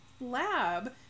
lab